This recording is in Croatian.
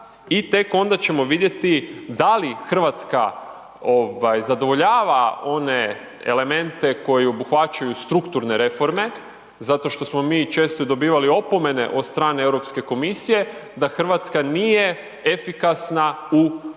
i tek onda ćemo vidjeti da li Hrvatska zadovoljava one elemente koji obuhvaćaju strukturne reforme zato što smo mi često dobivali opomene od strane Europske komisije da Hrvatska nije efikasna u provođenju